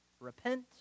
Repent